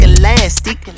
elastic